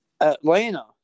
Atlanta